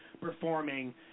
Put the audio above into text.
performing